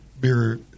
beer